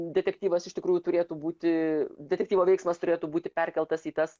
detektyvas iš tikrųjų turėtų būti detektyvo veiksmas turėtų būti perkeltas į tas